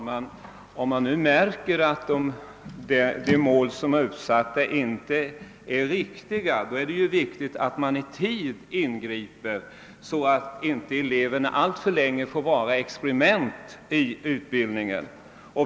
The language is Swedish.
Herr talman! Om man märker att det mål som är uppsatt inte är riktigt, är det viktigt att ingripa i tid, så att eleverna inte alltför länge behöver vara utsatta för experiment i utbildningen.